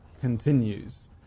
continues